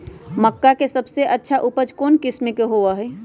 मक्का के सबसे अच्छा उपज कौन किस्म के होअ ह?